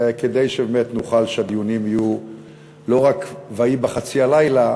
כדי שבאמת הדיונים יהיו לא רק "ויהי בחצי הלילה",